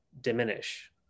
diminish